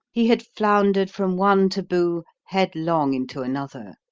he had floundered from one taboo headlong into another.